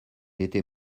était